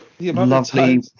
Lovely